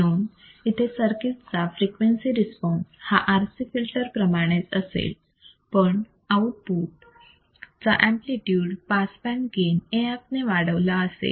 म्हणून इथे सर्किट चा फ्रिक्वेन्सी रिस्पॉन्स हा RC फिल्टर प्रमाणेच असेल पण आउटपुट चा amplitude pass band gain AF ने वाढवलेला आहे